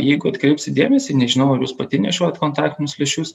jeigu atkreipsit dėmesį nežinau ar jūs pati nešiojat kontaktinius lęšius